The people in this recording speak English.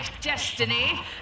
destiny